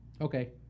Okay